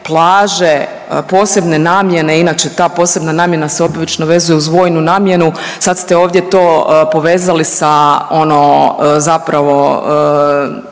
plaže posebne namjene. Inače, ta posebna namjena se obično vezuje uz vojnu namjenu, sad ste ovdje to povezali sa ono zapravo